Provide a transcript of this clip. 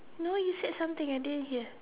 no you said something I didn't hear